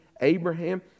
Abraham